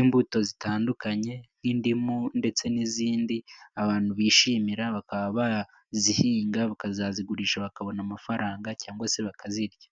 imbuto zitandukanye nk'indimu ndetse n'izindi, abantu bishimira bakaba bazihinga bakazazigurisha bakabona amafaranga cyangwa se bakazirya.